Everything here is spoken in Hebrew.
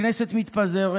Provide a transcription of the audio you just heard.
הכנסת מתפזרת